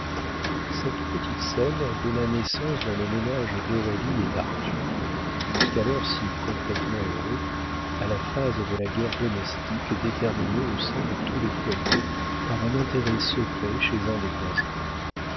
cette petite scène donna naissance dans le ménage d'aurélie et d'arthur jusqu'alors si complétement heureux à la phase de la guerre domestique déterminée au sein de tous les foyers par un intérêt secret chez un des conjoints